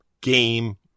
game